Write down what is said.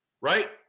right